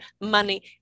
money